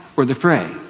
or the fray,